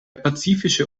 pazifische